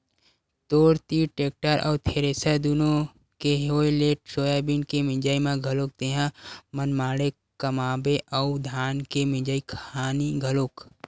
तोर तीर टेक्टर अउ थेरेसर दुनो के होय ले सोयाबीन के मिंजई म घलोक तेंहा मनमाड़े कमाबे अउ धान के मिंजई खानी घलोक